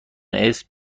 اسم